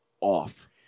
off